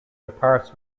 departs